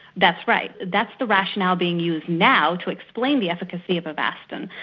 that's right. that's the rationale being used now to explain the efficacy of avastin.